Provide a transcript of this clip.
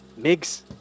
Migs